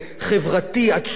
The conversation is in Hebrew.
חינוכי מכל הבחינות,